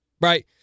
Right